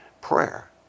prayer